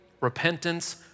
repentance